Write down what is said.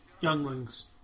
Younglings